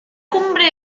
cumbre